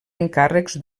encàrrecs